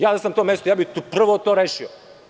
Da sam ja na tom mestu, ja bih prvo to rešio.